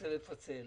שתרצה לפצל,